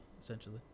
essentially